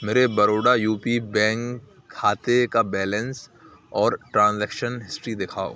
میرے Baroda U P bank کھاتے کا بیلینس اور ٹرانزیکشن ہسٹری دکھاؤ